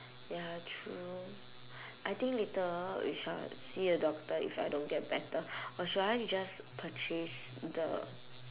ya true I think later we shall see a doctor if I don't get better or should I just purchase the